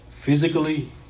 physically